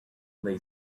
lay